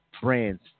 brands